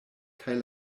kaj